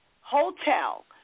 Hotel